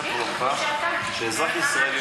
שאזרח ישראלי,